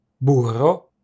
burro